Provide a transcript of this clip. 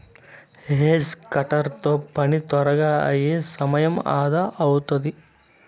hedge cutter తో పని త్వరగా అయి సమయం అదా అవుతాది